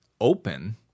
open